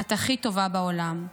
את הכי טובה בעולם".